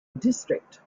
district